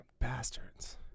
Bastards